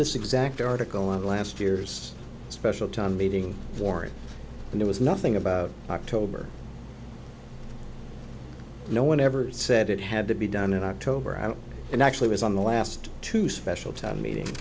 this exact article of last year's special town meeting warrant and there was nothing about october no one ever said it had to be done in october and and i actually was on the last two specialty meeting